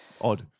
odd